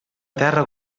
terra